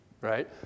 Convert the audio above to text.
right